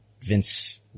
Vince